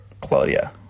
Claudia